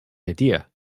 idea